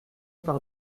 par